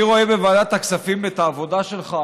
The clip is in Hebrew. אני רואה בוועדת הכספים את העבודה שלך,